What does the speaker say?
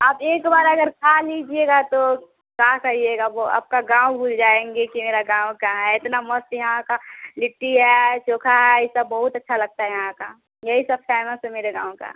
आप एक बार अगर खा लीजिएगा तो साँस आइएगा वह आपका गाँव भूल जाएँगे कि मेरा गाँव कहाँ हैं इतना मस्त यहाँ का लिट्टी है चोखा है ये सब बहुत अच्छा लगता है यहाँ का यही सब फैमस हैं मेरे गाँव का